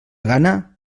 gana